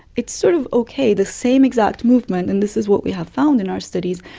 it's sort of okay. the same exact movement, and this is what we have found in our studies,